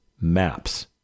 maps